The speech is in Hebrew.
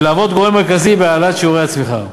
ולהוות גורם מרכזי בהעלאת שיעורי הצמיחה.